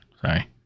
Sorry